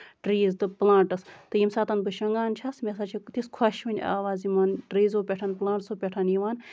trees تہٕ plants تہٕ ییٚمہِ ساتہٕ بہٕ شۄنگان چھَس مےٚ ہسا چھِ تِژھ خۄشؤنۍ آواز یِوان ٹریٖزو پٮ۪ٹھ پٔلانٹسَو پٮ۪ٹھ یِوان